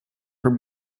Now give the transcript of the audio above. for